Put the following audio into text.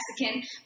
Mexican